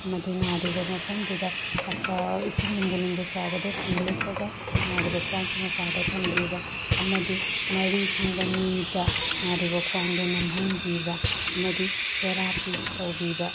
ꯑꯃꯗꯤ ꯅꯥꯔꯤꯕ ꯃꯐꯝꯗꯨꯗ ꯏꯁꯤꯡ ꯂꯨꯝꯕꯨ ꯂꯨꯝꯕꯨ ꯁꯥꯕꯗ ꯐꯤ ꯂꯨꯞꯄꯒ ꯅꯥꯔꯤꯕ ꯈ꯭ꯋꯥꯡꯒꯤ ꯃꯄꯥꯗ ꯊꯝꯕꯤꯕ ꯑꯃꯗꯤ ꯃꯔꯤ ꯈꯪꯕ ꯃꯤꯗ ꯅꯥꯔꯤꯕ ꯈ꯭ꯋꯥꯡꯗꯣ ꯅꯝꯍꯟꯕꯤꯕ ꯑꯃꯗꯤ ꯊꯦꯔꯥꯄꯤ ꯇꯧꯕꯤꯕ